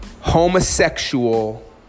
homosexual